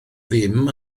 ddim